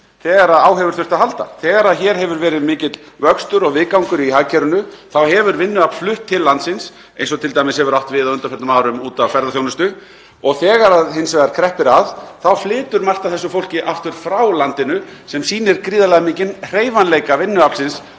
þegar á hefur þurft að halda. Þegar hér hefur verið mikill vöxtur og viðgangur í hagkerfinu hefur vinnuafl flust til landsins, eins og t.d. hefur átt við á undanförnum árum út af ferðaþjónustu, og þegar kreppir að þá flytur margt af þessu fólki aftur frá landinu sem sýnir gríðarlega mikinn hreyfanleika vinnuaflsins